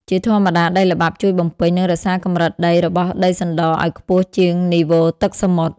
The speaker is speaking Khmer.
ជាធម្មតា ដីល្បាប់ជួយបំពេញ និងរក្សាកម្រិតដីរបស់ដីសណ្ដរឱ្យខ្ពស់ជាងនីវ៉ូទឹកសមុទ្រ។